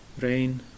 rain